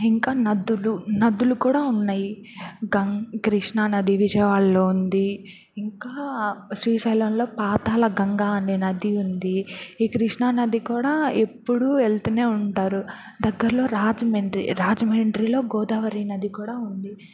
ఇంకా నదులు నదులు కూడా ఉన్నయి గ కృష్ణా నది విజయవాడలో ఉంది ఇంకా శ్రీశైలంలో పాతాల గంగా అనే నది ఉంది ఈ కృష్ణా నది కూడా ఎప్పుడూ వెళ్తూనే ఉంటారు దగ్గరలో రాజమండ్రి రాజమండ్రిలో గోదావరి నది కూడా ఉంది